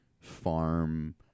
farm